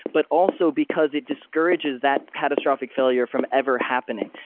but also because it discourages that catastrophic failure from ever happening,